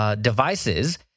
devices